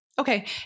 Okay